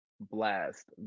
Blast